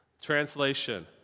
Translation